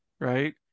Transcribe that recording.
right